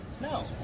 No